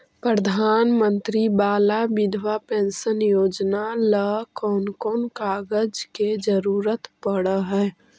प्रधानमंत्री बाला बिधवा पेंसन योजना ल कोन कोन कागज के जरुरत पड़ है?